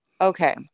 Okay